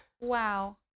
Wow